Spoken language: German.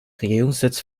regierungssitz